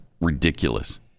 ridiculous